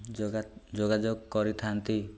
ଯୋଗା ଯୋଗାଯୋଗ କରିଥାନ୍ତି